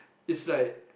is like